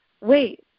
wait